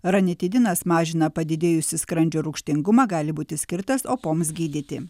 ranitidinas mažina padidėjusį skrandžio rūgštingumą gali būti skirtas opoms gydyti